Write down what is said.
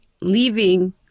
leaving